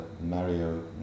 Mario